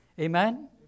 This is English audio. Amen